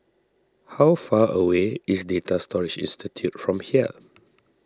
how far away is Data Storage Institute from here